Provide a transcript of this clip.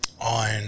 on